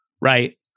right